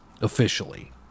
officially